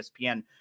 ESPN